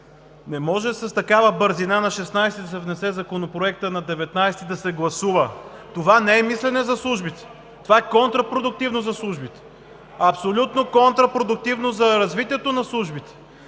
Не може с такава бързина – на 16-и да се внесе Законопроектът, а на 19-и да се гласува! Това не е мислене за службите – това е контрапродуктивно за службите! Абсолютно контрапродуктивно за развитието на службите!